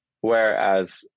Whereas